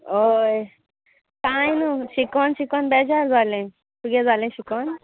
होय कांय न्हू शिकोन शिकोन बेजार जालें तुगे जालें शिकोन